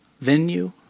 Venue